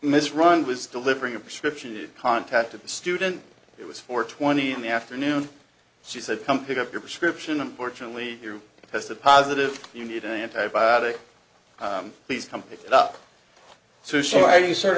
miss run was delivering a prescription that contacted the student it was four twenty in the afternoon she said come pick up your prescription unfortunately you tested positive you need an antibiotic please come pick it up to show a